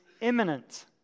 imminent